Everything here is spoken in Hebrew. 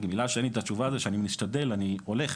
אני משתדל, ואני הולך